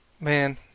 Man